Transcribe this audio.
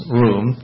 room